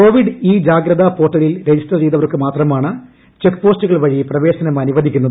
Covid e Jagratha പോർട്ടലിൽ register ചെയ്തവർക്ക് മാത്രമാണ് ചെക്ക് പോസ്റ്റുകൾ വഴി പ്രവേശനം അനുവദിക്കുന്നത്